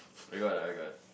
I got I got